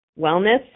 wellness